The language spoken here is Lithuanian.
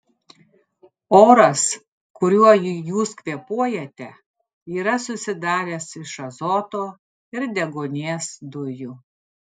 oras kuriuo jūs kvėpuojate yra susidaręs iš azoto ir deguonies dujų